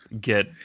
get